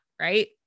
right